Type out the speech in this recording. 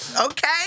Okay